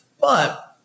But-